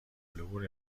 العبور